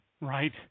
Right